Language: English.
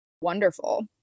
wonderful